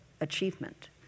achievement